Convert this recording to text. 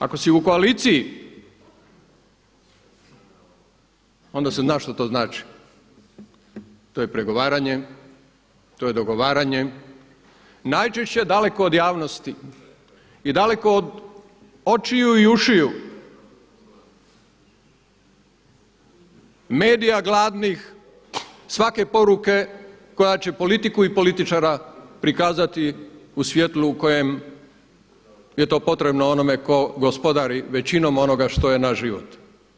Ako si u koaliciji onda se zna što to znači, to je pregovaranje, to je dogovaranje, najčešće daleko od javnosti i daleko od očiju i ušiju medija gladnih svake poruke koja će politiku i političara prikazati u svjetlu u kojem je to potrebno onome tko gospodari većinom onoga što je naš život.